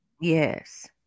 Yes